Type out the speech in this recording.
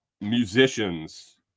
musicians